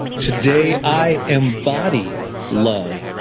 today i embody love.